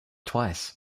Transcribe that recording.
twice